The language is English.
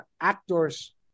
actors